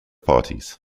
parties